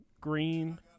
Green